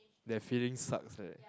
that feeling sucks right